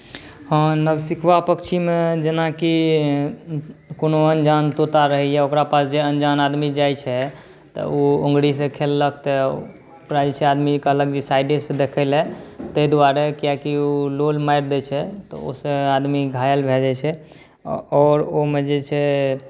हँ नवसिखुआ पक्षीमे जेनाकि कोनो अन्जान तोता रहैए ओकरा पास जे अन्जान आदमी जाइत छै तऽ ओ अङ्गुरीसँ खेललक तऽ ओकरा जे छै आदमी कहलक साइडेसँ देखय लेल ताहि दुआरे किआकि ओ लोल मारि दैत छै तऽ ओहिसँ आदमी घायल भए जाइत छै आओर ओहिमे जे छै